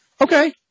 Okay